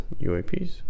UAPs